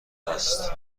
است